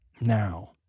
Now